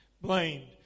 blamed